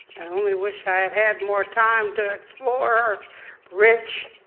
and only wish i had had more time to explore rich